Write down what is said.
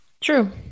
True